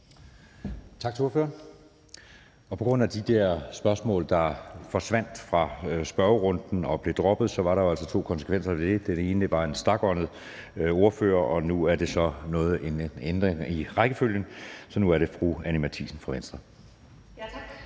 Tak til ordføreren. De der spørgsmål, der forsvandt fra spørgerunden og blev droppet, var der jo altså to konsekvenser af. Den ene var en stakåndet ordfører, og den anden var så en ændring i rækkefølgen. Så nu er det fru Anni Matthiesen fra Venstre. Kl.